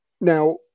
Now